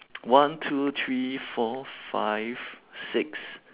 one two three four five six